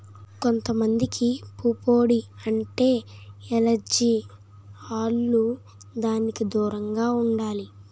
కొంత మందికి పుప్పొడి అంటే ఎలెర్జి ఆల్లు దానికి దూరంగా ఉండాలి